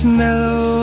mellow